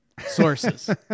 Sources